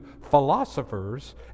philosophers